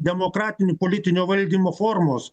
demokratinių politinio valdymo formos